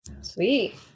sweet